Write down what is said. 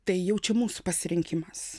tai jau čia mūsų pasirinkimas